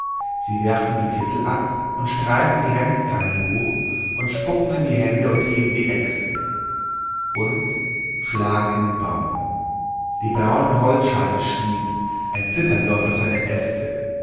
sie werfen die kittel ab und streifen die hemdärmel hoch und spucken in die hände und heben die äxte und schlagen in den baum die braunen holzscheite stieben ein zittern läuft durch seine äste